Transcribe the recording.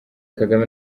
kagame